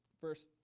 Verse